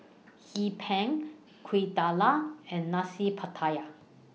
Hee Pan Kuih Dadar and Nasi Pattaya